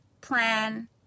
plan